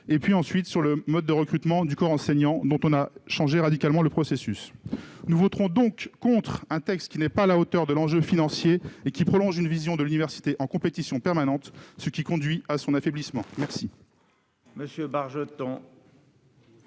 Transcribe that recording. académiques comme sur le mode de recrutement du corps enseignant, dont le processus a été radicalement changé. Nous voterons donc contre ce texte, qui n'est pas à la hauteur de l'enjeu financier et qui prolonge une vision de l'université en compétition permanente, conduisant à son affaiblissement. La